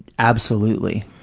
absolutely.